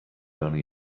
only